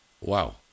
Wow